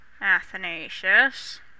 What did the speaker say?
Athanasius